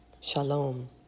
shalom